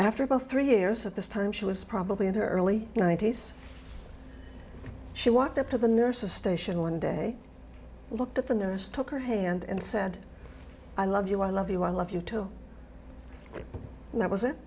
after about three years at this time she was probably in her early ninety's she walked up to the nurses station one day looked at the nurse took her hand and said i love you i love you i love you too and that was it